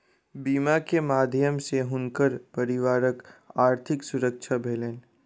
बीमा के माध्यम सॅ हुनकर परिवारक आर्थिक सुरक्षा भेलैन